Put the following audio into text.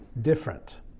different